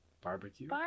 Barbecue